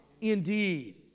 Indeed